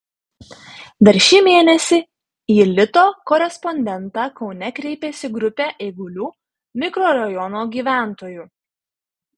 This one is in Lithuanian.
dar šį mėnesį į lito korespondentą kaune kreipėsi grupė eigulių mikrorajono gyventojų